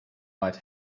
might